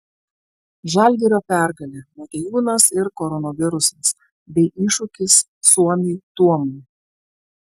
žalgirio pergalė motiejūnas ir koronavirusas bei iššūkis suomiui tuomui